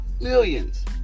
Millions